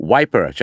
Wiper